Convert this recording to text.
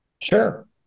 Sure